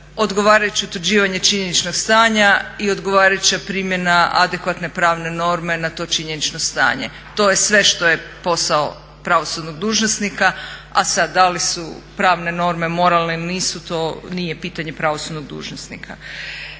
odgovarajuće utvrđivanje činjeničnog stanja i odgovarajuća primjena adekvatne pravne norme na to činjenično stanje. To je sve što je posao pravosudnog dužnosnika, a sad da li su pravne norme moralne ili nisu to nije pitanje pravosudnog dužnosnika.